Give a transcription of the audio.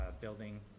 building